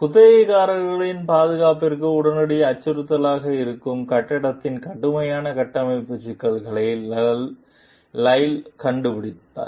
குத்தகைதாரரின் பாதுகாப்பிற்கு உடனடி அச்சுறுத்தலாக இருக்கும் கட்டிடத்தில் கடுமையான கட்டமைப்பு சிக்கல்களை லைல் கண்டுபிடிப்பார்